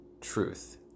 truth